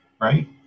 right